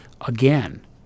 again